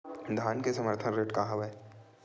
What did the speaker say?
धान के समर्थन रेट का हवाय?